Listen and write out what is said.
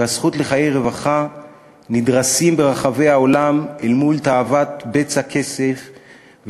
והזכות לחיי רווחה נדרסות ברחבי העולם אל מול תאוות בצע כסף,